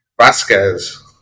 Vasquez